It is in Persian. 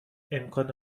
امکان